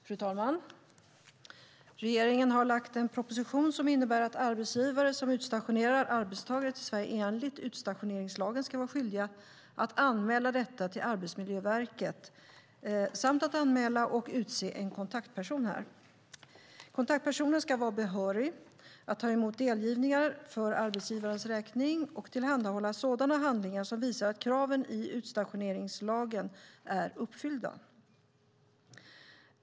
Fru talman! Regeringen har lagt fram en proposition som innebär att arbetsgivare som utstationerar arbetstagare till Sverige enligt utstationeringslagen ska vara skyldiga att anmäla detta till Arbetsmiljöverket samt anmäla och utse en kontaktperson här. Kontaktpersonen ska vara behörig att ta emot delgivningar för arbetsgivarens räkning och tillhandahålla sådana handlingar som visar att kraven i utstationeringslagen är uppfyllda.